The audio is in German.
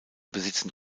besitzen